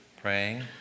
praying